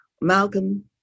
Malcolm